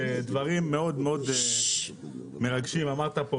דברים מאוד מאוד מרגשים אמרת.